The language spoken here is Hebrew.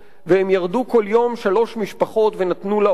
והם ירדו כל יום, שלוש משפחות, ונתנו לה אוכל.